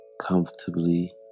comfortably